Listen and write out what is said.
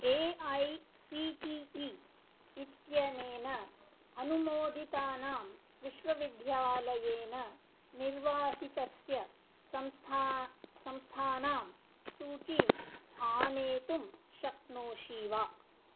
A I C T E इत्यनेन अनुमोदितानां विश्वविद्यालयेन निर्वाहितस्य संस्था संस्थानां सूचीम् आनेतुं शक्नोषि वा